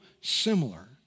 similar